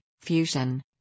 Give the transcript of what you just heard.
fusion